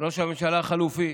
ראש הממשלה החלופי: